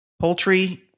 poultry